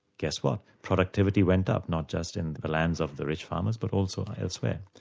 guess what, productivity went up, not just in the land of the rich farmers but also elsewhere.